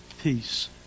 peace